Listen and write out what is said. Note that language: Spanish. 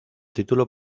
título